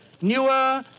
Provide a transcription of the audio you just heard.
newer